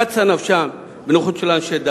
קצה נפשם בנוכחות של אנשי דת.